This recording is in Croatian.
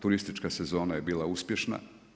Turistička sezona je bila uspješna.